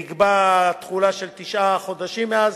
ונקבעה תחולה של תשעה חודשים מאז,